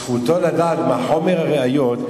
זכותו לדעת מה חומר הראיות,